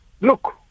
look